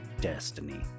destiny